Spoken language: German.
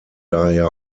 daher